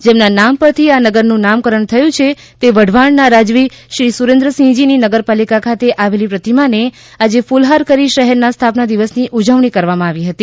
જેમના નામ પરથી આ નગરનું નામકરણ થયું છે તે વઢવાણના રાજવી શ્રી સુરેન્દ્રસિંહજીની નગરપાલિકા ખાતે આવેલી પ્રતિમાને આજે કુલહાર કરી શહેરના સ્થાપના દિવસની ઉજવણી કરવામાં આવી હતી